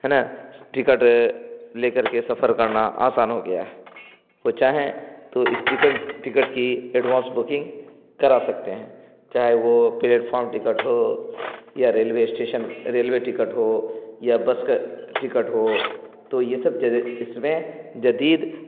ہے نا ٹکٹ لے کر کے سفر کرنا آسان ہو گیا ہے وہ چاہیں تو اس ٹکٹ ٹکٹ کی ایڈوانس بکنگ کرا سکتے ہیں چاہے وہ پلیٹفارم ٹکٹ ہو یا ریلوے اسٹیشن ریلوے ٹکٹ ہو یا بس کا ٹکٹ ہو تو یہ سب اس میں جدید